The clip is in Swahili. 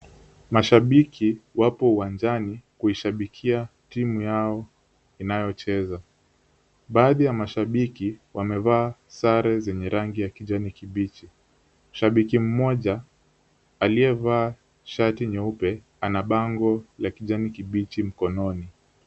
Mashabiki wapo uwanjani kuishabikia timu yao inayocheza, baadhi ya mashabiki wamevaa sare zenye rangi ya kijani kibichi, shabiki mmoja aliyevaa shati nyeupe ana bango la kijani kibichi mkononi.